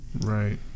right